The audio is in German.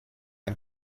ein